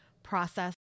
process